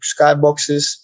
skyboxes